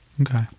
Okay